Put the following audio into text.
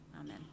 Amen